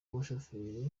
umushoferi